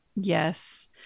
Yes